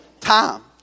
time